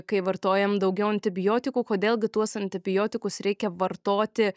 kai vartojam daugiau antibiotikų kodėl gi tuos antibiotikus reikia vartoti